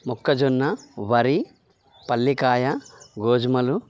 మొక్కజొన్న వరి పల్లికాయ గోజుమలు